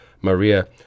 Maria